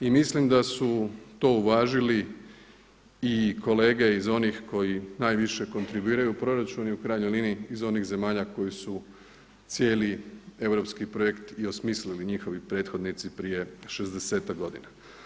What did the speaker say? I mislim da su to uvažili i kolege iz onih koji najviše kontribuiraju proračun i u krajnjoj liniji iz onih zemalja koji su cijeli europski projekt i osmisli njihovi prethodnici prije šezdesetak godina.